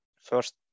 first